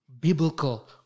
biblical